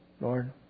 Lord